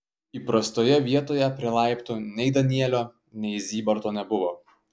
įprastoje vietoje prie laiptų nei danielio nei zybarto nebuvo